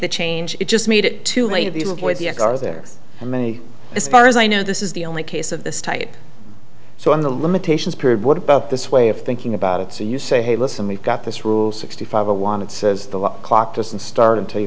the change it just made it too late of the cars there are many as far as i know this is the only case of this type so in the limitations period what about this way of thinking about it so you say hey listen we've got this rule sixty five i want it says the clock doesn't start until you